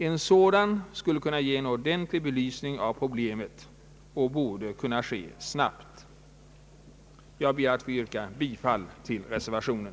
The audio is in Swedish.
En sådan skulle kunna ge en ordentlig belysning av problemet och borde kunna ske snabbt. Jag ber att få yrka bifall till reservationen.